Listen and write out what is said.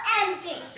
empty